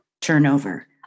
turnover